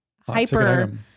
hyper